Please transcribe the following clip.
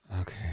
okay